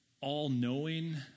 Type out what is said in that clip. all-knowing